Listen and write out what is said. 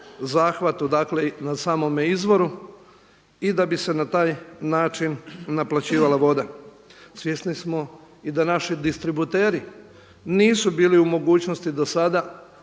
zahvatu dakle na samome izvoru i da bi se na taj način naplaćivala voda. Svjesni smo i da naši distributeri nisu bili u mogućnosti dosada